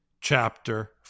chapter